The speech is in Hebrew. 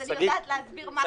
אז אני יודעת להסביר מה שהבנתי.